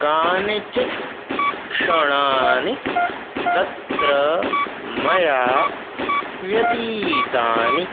कानिचित् क्षणानि तत्र मया व्यतीतानि